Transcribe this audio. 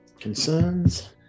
Concerns